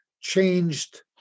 changed